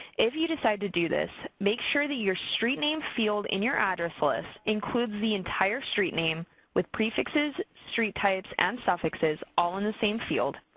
if you decide to do this, make sure that your street name field in your address list includes the entire street name with prefixes, street types, and suffixes all in the same field,